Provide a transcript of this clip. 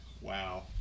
Wow